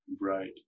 Right